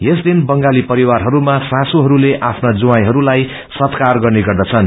यस दिन बंगाली परिवारहरूमा सासूहस्ले आफ्नो जवाइहस्लाई सत्कार गर्ने गर्दछन्